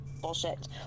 bullshit